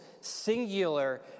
singular